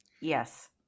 Yes